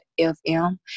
FM